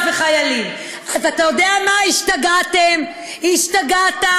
ואתה יודע ממה אני מודאגת?